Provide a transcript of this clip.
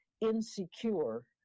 insecure